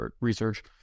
research